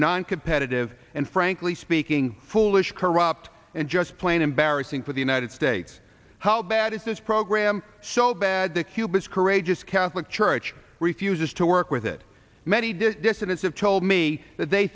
noncompetitive and frankly speaking foolish corrupt and just plain embarrassing for the united states how bad is this program so bad that cuba's courageous catholic church refuses to work with it many dissidents have told me that they